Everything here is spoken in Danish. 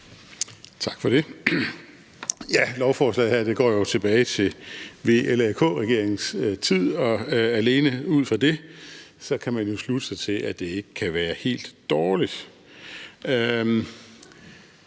Tak for det. Lovforslaget her går jo tilbage til VLAK-regeringens tid, og alene ud fra det kan man jo slutte sig til, at det ikke kan være helt dårligt.